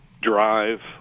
Drive